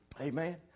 Amen